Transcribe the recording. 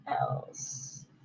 else